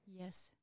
Yes